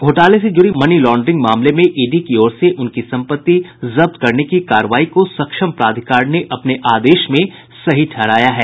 घोटाले से जुड़े मनी लांड्रिंग मामले में ईडी की ओर से उनकी संपत्ति जब्त करने की कार्रवाई को सक्षम प्राधिकार ने अपने आदेश में सही ठहराया है